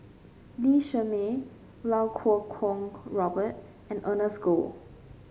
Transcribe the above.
Lee Shermay Iau Kuo Kwong Robert and Ernest Goh